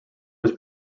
was